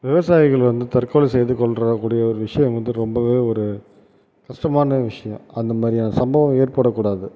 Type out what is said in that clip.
விவசாயிகள் வந்து தற்கொலை செய்து கொள்கிறக் கூடிய ஒரு விஷயம் வந்து ரொம்பவே ஒரு கஷ்டமான விஷயம் அந்த மாதிரியான சம்பவம் ஏற்படக்கூடாது